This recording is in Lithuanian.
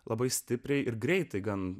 labai stipriai ir greitai gan